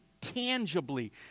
tangibly